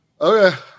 Okay